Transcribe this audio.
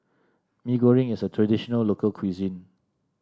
Mee Goreng is a traditional local cuisine